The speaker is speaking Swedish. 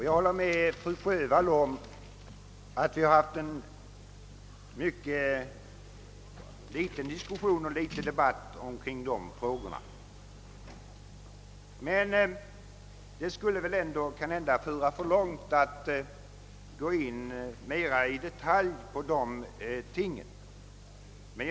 Jag håller med fru Sjövall om att vi haft mycket litet debatt kring de frågorna. Men det skulle väl kanhända ändå föra för långt att gå in mer i detalj på de tingen.